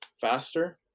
faster